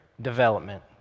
development